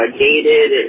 gated